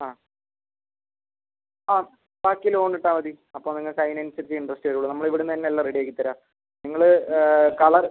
ആ ആ ബാക്കി ലോൺ ഇട്ടാൽ മതി അപ്പം നിങ്ങൾക്ക് അതിനനുസരിച്ച് ഇൻ്ററസ്റ്റ് വരൂള്ളൂ നമ്മൾ ഇവിടിന്നന്നെ എല്ലം റെഡിയാക്കി തരാം നിങ്ങൾ കളർ